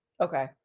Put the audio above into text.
Okay